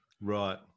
right